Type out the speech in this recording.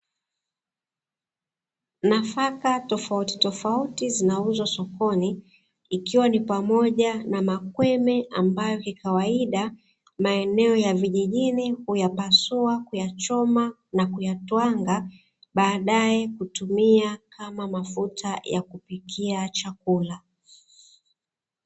Nafaka tofautitofauti zinauzwa sokoni, ikiwa ni pamoja na makweme ambayo kikawaida maeneo ya vijijini huyapasua, huyachoma na kuyatwanga, baadaye kutumia kama mafuta ya kupikia chakula.